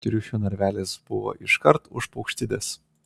triušių narvelis buvo iškart už paukštides